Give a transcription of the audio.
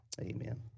Amen